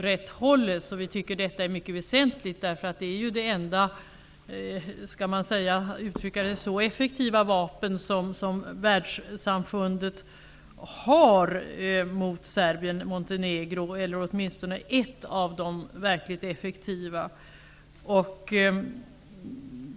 Vi tycker att detta är mycket väsentligt, därför att det är det enda -- om man nu skall uttrycka det så -- effektiva vapen som världssamfundet har mot Serbien Montenegro, eller åtminstone ett av de verkligt effektiva vapnen.